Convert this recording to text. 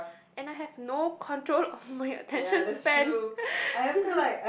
and I have no control of my attention span